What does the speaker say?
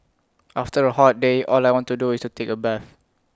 after A hot day all I want to do is to take A bath